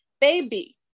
baby